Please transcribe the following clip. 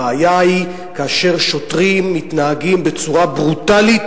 הבעיה היא כאשר שוטרים מתנהגים בצורה ברוטלית